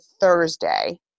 Thursday